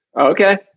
Okay